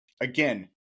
again